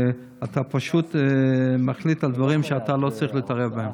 ואתה פשוט מחליט על דברים שאתה לא צריך להתערב בהם.